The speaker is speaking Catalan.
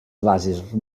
bases